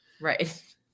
Right